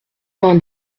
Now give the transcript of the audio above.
vingt